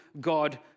God